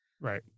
Right